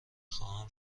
خواهم